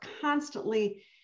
constantly